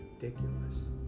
ridiculous